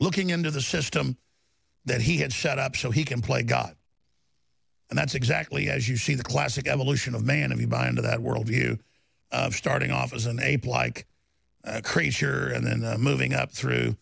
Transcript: looking into the system that he had set up so he can play god and that's exactly as you see the classic evolution of man if you buy into that worldview starting off as an ape like creature and then moving up through